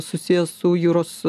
susiję su juros